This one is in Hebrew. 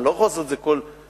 אני לא יכול לעשות את זה כל יום.